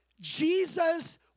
Jesus